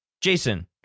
Jason